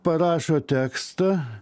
parašo tekstą